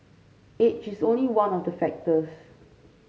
age is only one of the factors